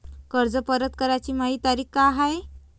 कर्ज परत कराची मायी तारीख का हाय?